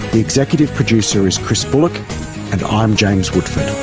the executive producer is chris bullock and i'm james woodford